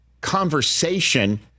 conversation